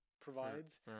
provides